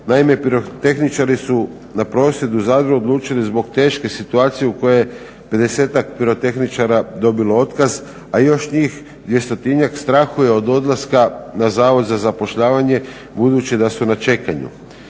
Naime, pirotehničari su na prosvjedu u Zadru odlučili zbog teške situacije u kojoj je pedesetak pirotehničara dobilo otkaz, a još njih dvjestotinjak strahuje od odlaska na Zavod za zapošljavanje budući da su na čekanju.